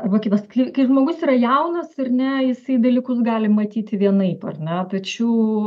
va kaip pasaky kai žmogus yra jaunas ar ne jisai dalykus gali matyti vienaip ar ne tačiau